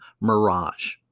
mirage